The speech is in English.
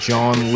John